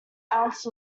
ounce